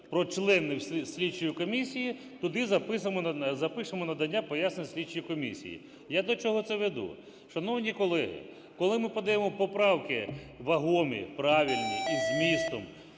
про членів слідчої комісії, туди запишемо надання пояснень слідчій комісії. Я до чого це веду. Шановні колеги, коли ми подаємо поправки вагомі, правильні, із змістом,